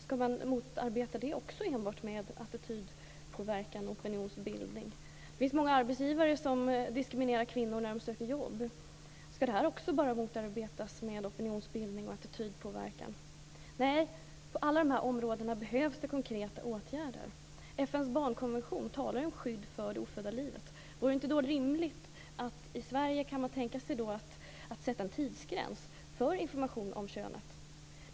Ska man motarbeta det också med enbart attitydpåverkan och opinionsbildning? Det finns många arbetsgivare som diskriminerar kvinnor när de söker jobb. Ska det också bara motarbetas med opinionsbildning och attitydpåverkan? Nej, på alla de här områdena behövs det konkreta åtgärder. FN:s barnkonvention talar ju om skydd för det ofödda livet. Vore det då inte rimligt att tänka sig att i Sverige sätta en tidsgräns för information om könet?